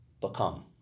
become